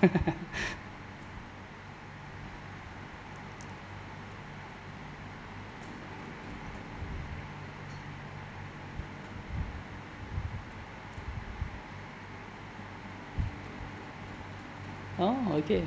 orh okay